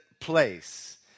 place